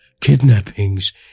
kidnappings